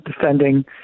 defending